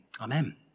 Amen